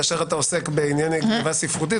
כאשר אתה עוסק בענייני גניבה ספרותית,